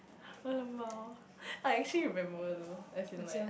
!alamak! I actually remember though as in like